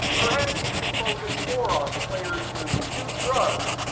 perhaps you should focus more on players who do drugs,